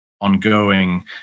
ongoing